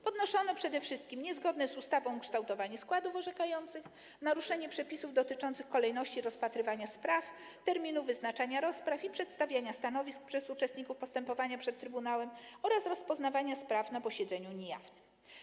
Podnoszono przede wszystkim niezgodne z ustawą kształtowanie składów orzekających, naruszenie przepisów dotyczących kolejności rozpatrywania spraw, terminów wyznaczania rozpraw i przedstawiania stanowisk przez uczestników postępowania przed trybunałem oraz rozpoznawania spraw na posiedzeniu niejawnym.